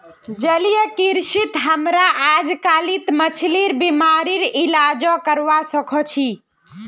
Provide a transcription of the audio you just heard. जलीय कृषित हमरा अजकालित मछलिर बीमारिर इलाजो करवा सख छि